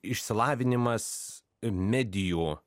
išsilavinimas medijų